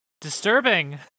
Disturbing